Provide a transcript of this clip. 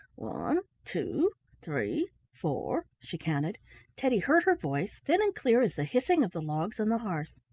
one two three four, she counted teddy heard her voice, thin and clear as the hissing of the logs on the hearth.